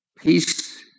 Peace